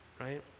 right